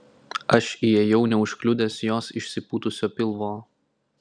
aš įėjau neužkliudęs jos išsipūtusio pilvo